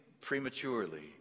prematurely